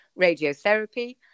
radiotherapy